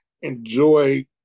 enjoy